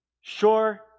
Sure